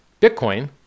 Bitcoin